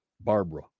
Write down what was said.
Barbara